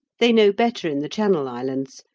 they know better in the channel islands,